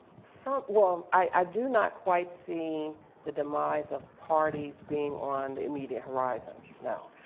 some well i do not quite see the demise of parties being on the immediate horizon no